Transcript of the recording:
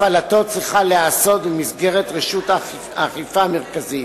הפעלתו צריכה להיעשות במסגרת רשות האכיפה המרכזית.